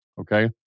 Okay